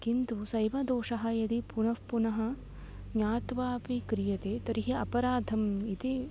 किन्तु सः एव दोषः यदि पुनः पुनः ज्ञात्वापि क्रियते तर्हि अपराधः इति